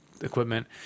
equipment